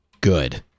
good